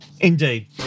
Indeed